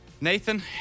Nathan